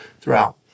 throughout